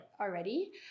already